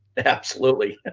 absolutely.